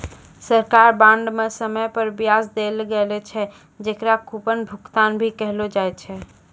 सरकारी बांड म समय पर बियाज दैल लागै छै, जेकरा कूपन भुगतान भी कहलो जाय छै